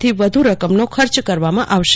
થી વધુ રકમનો ખર્ચ કરવામાં આવશે